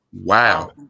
Wow